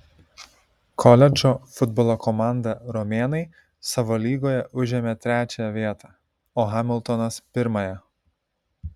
koledžo futbolo komanda romėnai savo lygoje užėmė trečią vietą o hamiltonas pirmąją